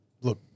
look